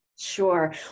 Sure